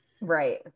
Right